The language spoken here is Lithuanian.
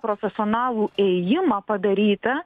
profesionalų ėjimą padarytą